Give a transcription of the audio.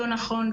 לא נכון,